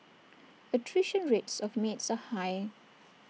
attrition rates of maids are high